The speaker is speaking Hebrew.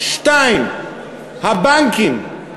2. הבנקים,